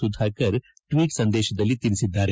ಸುಧಾಕರ್ ತಮ್ಮ ಟ್ವೀಟ್ ಸಂದೇಶದಲ್ಲಿ ತಿಳಿಸಿದ್ದಾರೆ